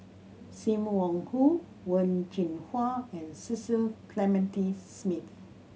Sim Wong Hoo Wen Jinhua and Cecil Clementi Smith